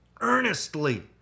earnestly